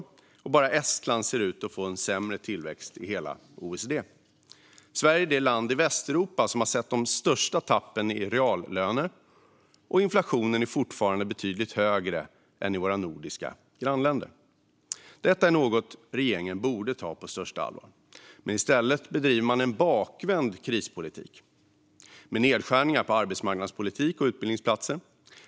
I hela OECD ser bara Estland ut att få en sämre tillväxt än Sverige. Vi är också det land i Västeuropa som har sett de största tappen i reallöner, och inflationen är fortfarande betydligt högre än i våra nordiska grannländer. Detta är något regeringen borde ta på största allvar, men i stället bedriver man en bakvänd krispolitik med nedskärningar på arbetsmarknadspolitik och utbildningsplatser.